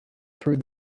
through